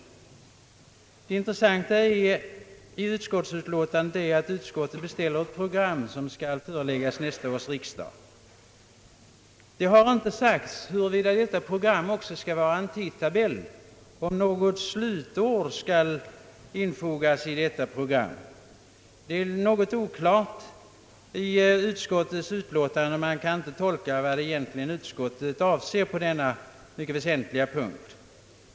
Det intressanta i utskottsutlåtandet är att utskottet beställer ett program som skall föreläggas nästa års riksdag: Det har inte sagts huruvida detta program skall vara en tidtabell, om något slutår skall infogas i programmet. På den punkten är utskottets utlåtande något oklart. Man kan inte tolka vad utskottet egentligen avser på denna mycket väsentliga punkt.